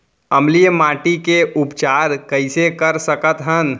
अम्लीय माटी के उपचार कइसे कर सकत हन?